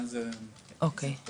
שתפרט